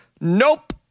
nope